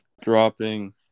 dropping